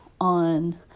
on